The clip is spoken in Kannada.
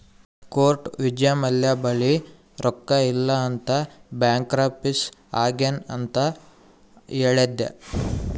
ಕೋರ್ಟ್ ವಿಜ್ಯ ಮಲ್ಯ ಬಲ್ಲಿ ರೊಕ್ಕಾ ಇಲ್ಲ ಅಂತ ಬ್ಯಾಂಕ್ರಪ್ಸಿ ಆಗ್ಯಾನ್ ಅಂತ್ ಹೇಳ್ಯಾದ್